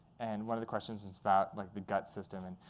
and one of the questions was about like the gut system. and